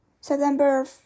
September